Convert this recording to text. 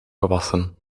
gewassen